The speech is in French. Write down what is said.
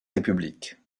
république